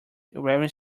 wearing